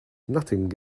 nothing